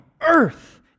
earth